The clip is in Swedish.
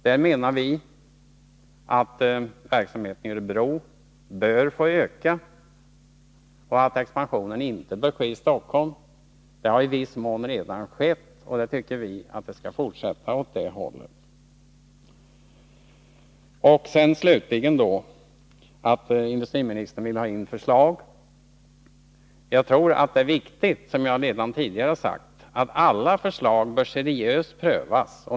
Vi menar att verksamheten i Örebro bör få öka, och att expansionen inte bör ske i Stockholm. I viss mån har en sådan utveckling redan skett i Örebro, och vi tycker att den skall fortsätta åt det hållet. Slutligen vill industriministern få förslag. Jag tror att det är viktigt, som jag redan tidigare har sagt, att alla förslag prövas seriöst.